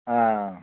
آ